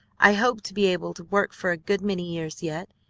i hope to be able to work for a good many years yet,